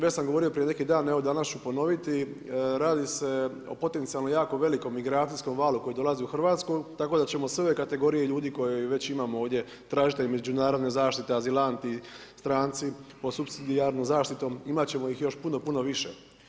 Već sam govorio prije neki dan, evo danas ću ponoviti, radi se o potencijalnu jako velikom migracijskom valu koji dolazi u Hrvatsku, tako da ćemo sve ove kategorije ljudi, koje već imamo ovdje, tražiti međunarodne zaštite, azilanti, stranci, pod supsidijarnu zaštitu, imati ćemo ih još puno, puno više.